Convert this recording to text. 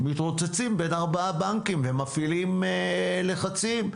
מתרוצצים בין ארבעה בנקים ומפעילים לחצים,